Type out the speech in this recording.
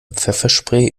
pfefferspray